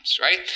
right